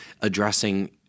addressing